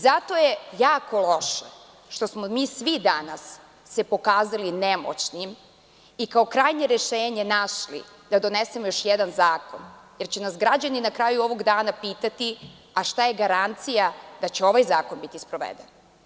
Zato je jako loše što smo se svi mi danas pokazali nemoćnim i kao krajnje rešenje našli da donesemo još jedan zakon, jer će nas građani na kraju ovog dana pitati – a, šta je garancija da će ovaj zakon biti sproveden.